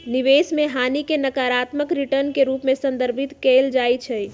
निवेश में हानि के नकारात्मक रिटर्न के रूप में संदर्भित कएल जाइ छइ